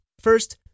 First